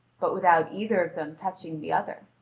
but without either of them touching the other.